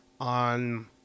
on